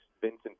Vincent